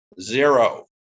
zero